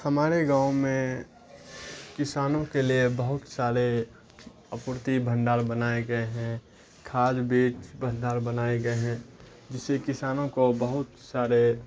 ہمارے گاؤں میں کسانوں کے لیے بہت سارے اپورتی بھنڈار بنائے گئے ہیں کھاد بیج بھنڈار بنائے گئے ہیں جسے کسانوں کو بہت سارے